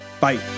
bye